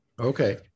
Okay